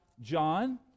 John